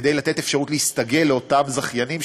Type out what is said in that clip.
כדי לתת לאותם זכיינים,